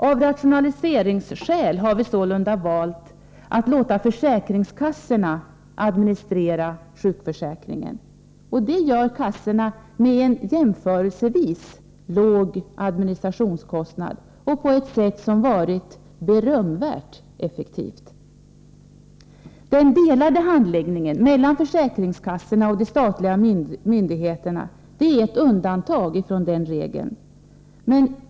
Av rationaliseringsskäl har vi sålunda valt att låta försäkringskassorna administrera sjukförsäkringen. Det gör kassorna med en jämförelsevis låg administrationskostnad och på ett sätt som varit berömvärt effektivt. Den delade handläggningen mellan försäkringskassorna och de statliga myndigheterna är ett undantag från den regeln.